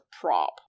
prop